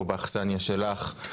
פה באכסנייה שלך.